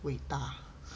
伟大